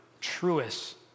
truest